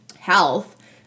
health